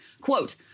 quote